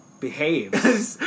Behave